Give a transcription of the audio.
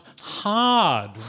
hard